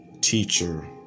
teacher